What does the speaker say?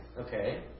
Okay